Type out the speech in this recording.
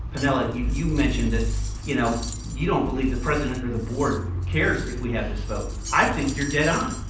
penelope you you mentioned that you know you don't believe the president or the board cares if we have this vote. i think you're dead on.